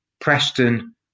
Preston